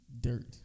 Dirt